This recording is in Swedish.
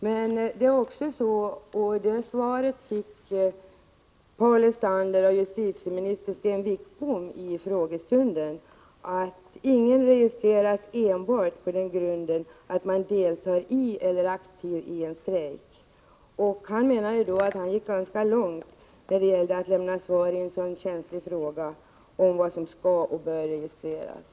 Men det är också så, och det svaret fick Paul Lestander av justitieminister Sten Wickbom i frågestunden, att ingen registreras enbart på den grunden att han eller hon deltar i eller är aktiv i en strejk. Han menade då att han gick ganska långt när det gällde att ge svar i den känsliga frågan om vad som skall och bör registreras.